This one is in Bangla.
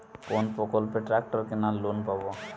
কোন প্রকল্পে ট্রাকটার কেনার লোন পাব?